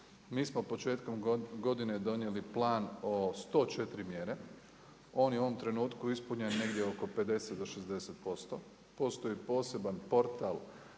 mi smo početkom godine donijeli plan o 104 mjere. On je u ovom trenutku ispunjen negdje oko 50 do 60%, postoji poseban portal